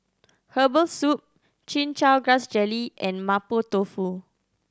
herbal soup Chin Chow Grass Jelly and Mapo Tofu